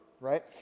right